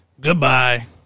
Goodbye